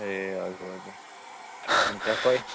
ए हजुर हजुर हुन्छ कोही